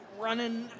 running